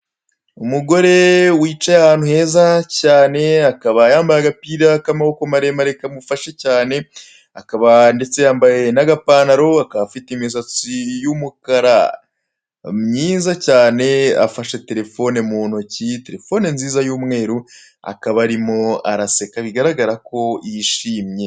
Umugore wicaye ahantu heza cyane, akaba yambaye agapira k'amaboko maremare kamufashe cyane, akaba ndetse yambaye n'agapantaro, akaba afite imisatsi y'umukara myiza cyane, afashe telefone mu ntoki, telefone nziza y'umweru akaba arimo araseka, bigaragara ko yishimye.